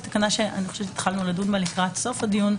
תקנה שהתחלנו לדון בה לקראת סוף הדיון.